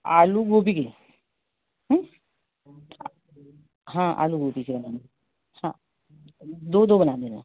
आलू गोभी के हूँ हाँ आलू गोभी के नहीं हाँ दो दो बना देना